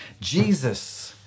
Jesus